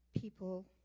people